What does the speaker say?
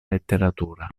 letteratura